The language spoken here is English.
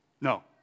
No